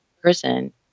person